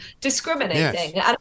discriminating